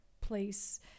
place